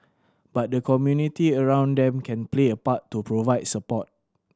but the community around them can play a part to provide support